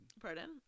Pardon